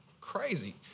Crazy